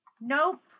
Nope